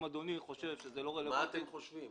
אם אדוני חושב שזה לא רלוונטי --- מה אתם חושבים?